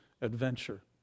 adventure